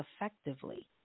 effectively